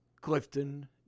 Clifton